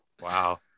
Wow